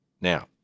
Now